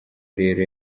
rero